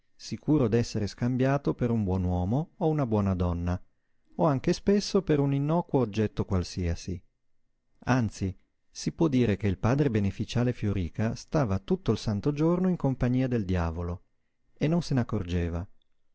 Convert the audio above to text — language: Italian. sicuro d'essere scambiato per un buon uomo o una buona donna o anche spesso per un innocuo oggetto qualsiasi anzi si può dire che il padre beneficiale fioríca stava tutto il santo giorno in compagnia del diavolo e non se n'accorgeva